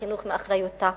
החינוך מאחריותה,